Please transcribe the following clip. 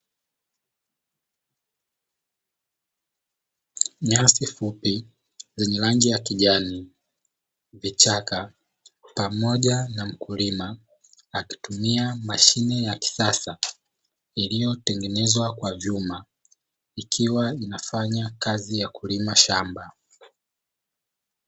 Nyasi fupi zenye rangi ya kijani, vichaka pamoja na mkulima akitumia mashine ya kisasa iliyotengenezwa kwa vyuma ikiwa ianfanya kazi ya kulima shamba.